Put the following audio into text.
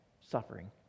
suffering